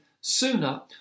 sooner